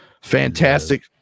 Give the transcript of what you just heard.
Fantastic